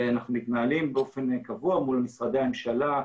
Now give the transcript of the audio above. אנחנו מתנהלים באופן קבוע מול משרדי הממשלה,